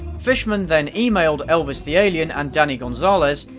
fishman then emailed elvis the alien and danny gonzales,